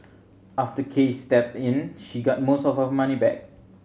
after Case stepped in she got most of her money back